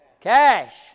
Cash